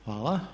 Hvala.